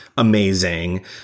Amazing